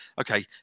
okay